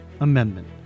Amendment